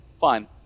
fine